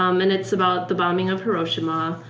um and it's about the bombing of hiroshima.